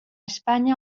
espanya